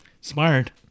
Smart